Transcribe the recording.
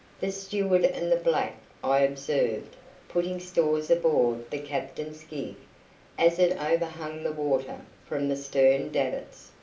the steward and the black i observed putting stores aboard the captain's gig as it overhung the water from the stern davits.